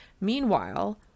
Meanwhile